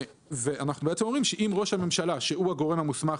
אם ראש הממשלה - שהוא הגורם המוסמך